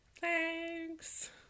thanks